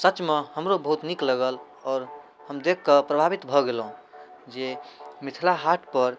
सचमे हमरो बहुत नीक लागल आओर हम देखिकऽ प्रभावित भऽ गेलहुँ जे मिथिला हाटपर